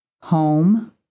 home